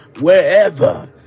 wherever